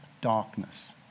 darkness